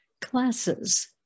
classes